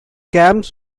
camps